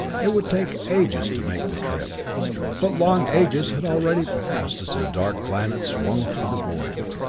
it would take ages to make the trip but long ages had already passed as their dark planet swung through the void.